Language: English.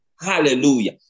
hallelujah